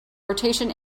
rotation